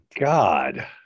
God